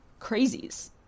crazies